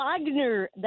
Wagner